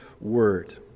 word